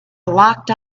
locked